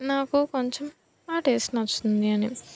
నాకు కొంచెం ఆ టేస్ట్ నచ్చుతుంది అని